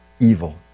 evil